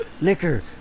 Liquor